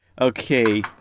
Okay